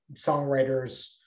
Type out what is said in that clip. songwriters